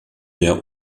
der